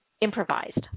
improvised